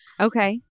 Okay